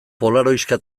polaroiska